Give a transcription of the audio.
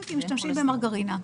כי משתמשים במרגרינה.